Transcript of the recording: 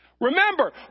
Remember